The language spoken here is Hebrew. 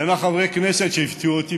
ומחברי הכנסת שהפתיעו אותי,